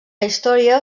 història